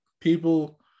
people